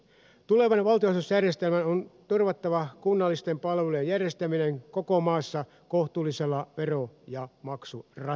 tulevan valtionosuusjärjestelmän on turvattava kunnallisten palvelujen järjestäminen koko maassa kohtuullisella vero ja maksurasituksella